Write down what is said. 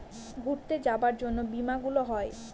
ঘুরতে যাবার জন্য বীমা গুলো হয়